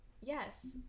Yes